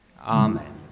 Amen